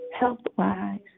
health-wise